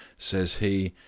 says he,